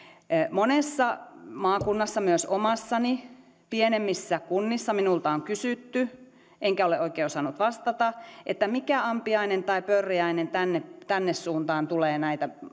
monessa maakunnassa myös omassani pienemmissä kunnissa minulta on kysytty enkä ole oikein osannut vastata että mikä ampiainen tai pörriäinen tänne tänne suuntaan tulee näitä